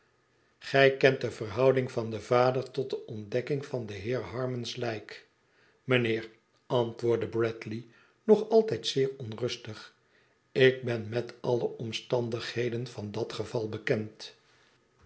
gij kent de verhouding van den vader tot de ontdekking van den heer harmons lijk mijnheer antwoordde bradley nog altijd zeer onrustig ik ben met al de omstandigheden van dat geval bekend